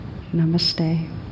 Namaste